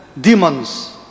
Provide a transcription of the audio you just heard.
demons